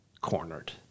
cornered